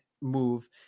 move